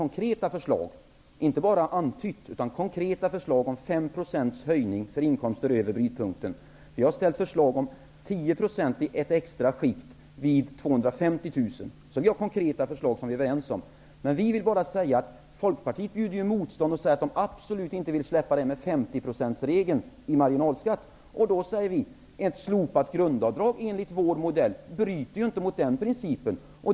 Vårt parti har inte bara antytt utan ställt konkreta förslag om 5 procents höjning för inkomster över brytpunkten och 10 procent i ett extra skikt vid 250 000. Men Folkpartiet bjuder ju motstånd och vill absolut inte släppa 50-procentsregeln i fråga om marginalskatten. Då säger vi: Ett slopat grundavdrag enligt vår modell bryter inte mot den principen.